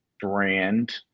brand